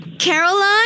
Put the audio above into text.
Caroline